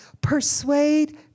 persuade